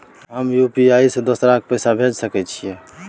हम यु.पी.आई से दोसर के पैसा भेज सके छीयै?